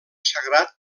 sagrat